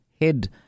head